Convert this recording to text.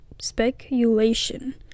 speculation